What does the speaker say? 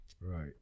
Right